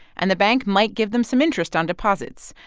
and the bank might give them some interest on deposits,